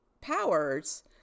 powers